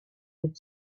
had